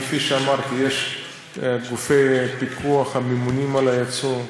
כפי שאמרתי, יש גופי פיקוח הממונים על היצוא,